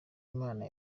imana